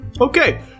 Okay